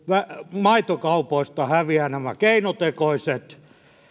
maitokaupoista häviävät keinotekoiset